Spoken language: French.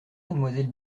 mademoiselle